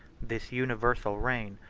this universal reign,